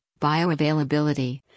bioavailability